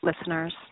listeners